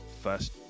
first